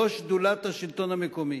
ראש שדולת השלטון המקומי,